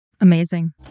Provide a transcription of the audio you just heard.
Amazing